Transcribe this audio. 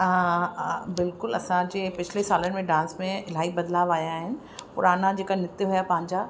हा बिल्कुलु असांजे पिछले सालनि में डांस में इलाही बदिलाव आया आहिनि पुराना जेका नृत्य हुया पंहिंजा